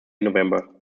november